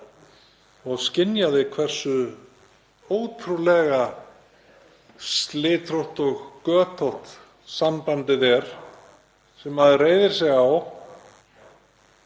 og skynjaði hversu ótrúlega slitrótt og götótt sambandið er sem maður reiðir sig á